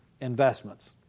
investments